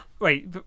Wait